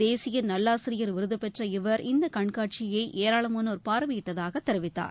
தேசிய நல்லாசிரியர் விருதபெற்ற இவர் இந்த கண்காட்சியை ஏராளமானோர் பார்வையிட்டதாக தெரிவித்தார்